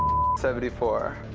seventy four.